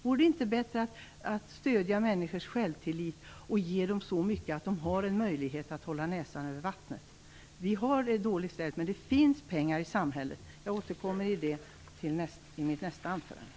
Vore det inte bättre att stödja människors självtillit och ge dem så mycket att de har en möjlighet att hålla näsan över vattnet? Vi har det dåligt ställt, men det finns pengar i samhället. Jag återkommer till det i mitt nästa anförande.